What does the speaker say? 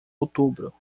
outubro